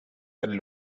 are